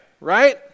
right